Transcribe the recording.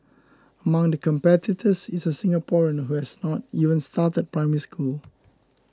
among the competitors is a Singaporean who has not even started Primary School